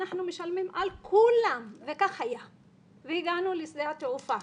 אנחנו משלמים על כולם וכך היה והגענו לשדה התעופה.